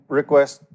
request